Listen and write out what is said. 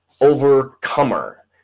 overcomer